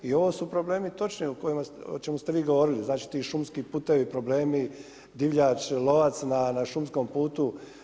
I ovo su problemi točni o čemu ste vi govorili, znači ti šumski putevi, problemi, divljač, lovac na šumskom putu.